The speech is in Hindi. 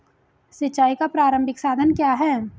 सिंचाई का प्रारंभिक साधन क्या है?